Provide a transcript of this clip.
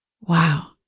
Wow